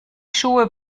schuhe